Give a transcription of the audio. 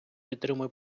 підтримує